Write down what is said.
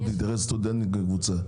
לסטודנטים כקבוצה,